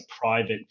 private